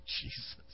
Jesus